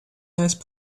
nice